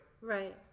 Right